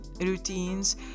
routines